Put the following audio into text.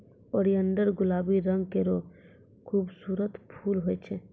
oleander गुलाबी रंग केरो खूबसूरत फूल होय छै